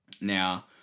Now